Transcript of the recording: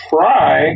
try